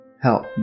help